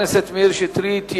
למאיר שטרית.